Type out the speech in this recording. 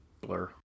blur